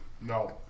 No